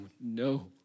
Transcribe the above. no